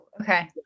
okay